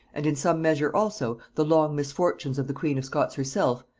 and in some measure also the long misfortunes of the queen of scots herself,